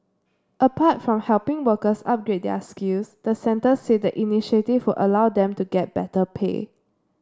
apart from helping workers upgrade their skills the centre said the initiative would allow them to get better pay